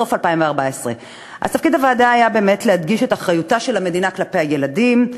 סוף 2014. תפקיד הוועדה היה להדגיש את אחריותה של המדינה כלפי ילדים.